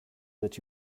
that